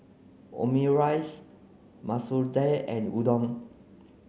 Omurice Masoor Dal and Udon